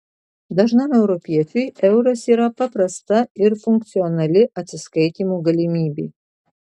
dažnam europiečiui euras yra paprasta ir funkcionali atsiskaitymo galimybė